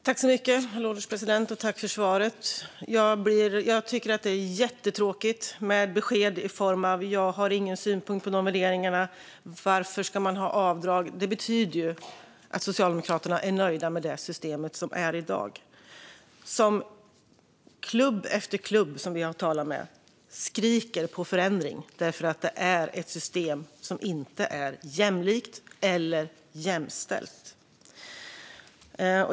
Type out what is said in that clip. Herr ålderspresident! Tack för svaret! Jag tycker att det är jättetråkigt med besked i form av att man inte har någon synpunkt på dessa värderingar och att man ställer frågan varför man ska ha avdrag. Det betyder ju att Socialdemokraterna är nöjda med det system som är i dag, medan klubb efter klubb som jag har talat med skriker på förändring eftersom systemet varken är jämlikt eller jämställt.